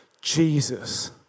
Jesus